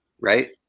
Right